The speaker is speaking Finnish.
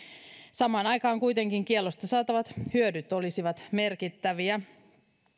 samaan aikaan kuitenkin kiellosta saatavat hyödyt olisivat merkittäviä